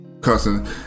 cussing